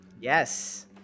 yes